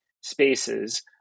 spaces